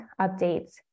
updates